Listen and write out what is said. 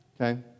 Okay